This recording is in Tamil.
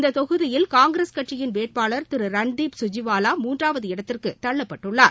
இந்த தொகுதியில் காங்கிரஸ் கட்சியின் வேட்பாளர் திரு ரன்தீப் கஜிவாவா மூன்றாவது இடத்திற்கு தள்ளப்பட்டுள்ளார்